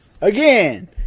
Again